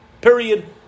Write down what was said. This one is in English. Period